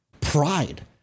Pride